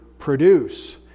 produce